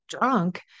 drunk